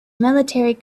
military